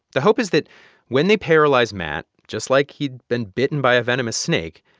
the hope is that when they paralyze matt just like he'd been bitten by a venomous snake,